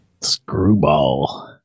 Screwball